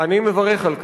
אני מברך על כך.